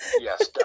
Yes